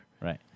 Right